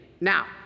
Now